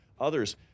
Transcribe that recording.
others